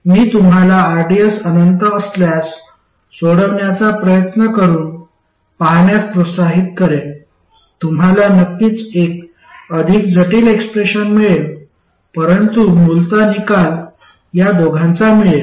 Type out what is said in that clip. मी तुम्हाला rds अनंत असल्यास सोडवण्याचा प्रयत्न करून पहाण्यास प्रोत्साहित करेन तुम्हाला नक्कीच एक अधिक जटिल एक्सप्रेशन मिळेल परंतु मूलत निकाल या दोघांचा मिळेल